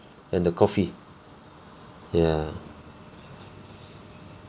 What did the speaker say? and the coffee ya